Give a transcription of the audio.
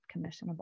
commissionable